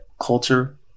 culture